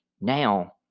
Now